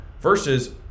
versus